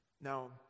now